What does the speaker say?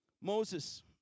Moses